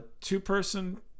two-person